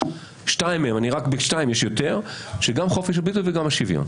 שתיים מהם הן חופש הביטוי וחופש השוויון.